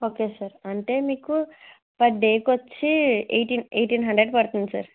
okay sir అంటే మీకు పర్డేకి వచ్చి ఎయిటీన్ ఎయిటీన్ హండ్రెడ్ పడుతుంది సార్